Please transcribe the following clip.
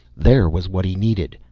there was what he needed.